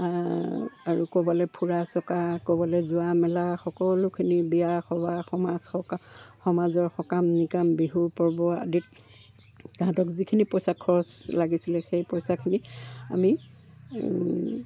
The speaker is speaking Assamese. আৰু ক'বালৈ ফুৰা চকা ক'বালৈ যোৱা মেলা সকলোখিনি বিয়া সবাহ সমাজ সকাম সমাজৰ সকাম নিকাম বিহু পৰ্ব আদিত তাহাঁতক যিখিনি পইচা খৰচ লাগিছিলে সেই পইচাখিনি আমি